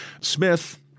Smith